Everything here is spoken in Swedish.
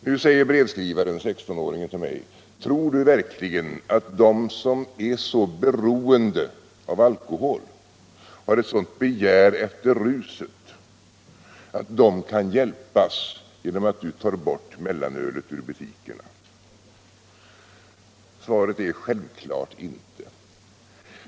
Nu säger den brevskrivande 16-åringen till mig: ”Tror du verkligen att de som är så beroende av alkohol och har ett sådant begär efter ruset, kan hjälpas genom att du tar bort mellanölet ur butikerna?” Svaret är: Självfallet inte.